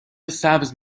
سبز